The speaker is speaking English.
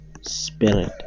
spirit